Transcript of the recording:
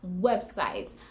websites